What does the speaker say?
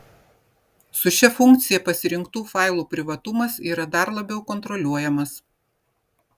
su šia funkcija pasirinktų failų privatumas yra dar labiau kontroliuojamas